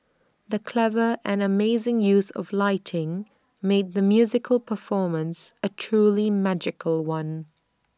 the clever and amazing use of lighting made the musical performance A truly magical one